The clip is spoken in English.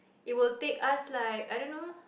it will take us like I don't know